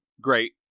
great